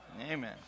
Amen